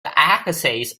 axis